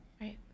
right